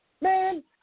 Man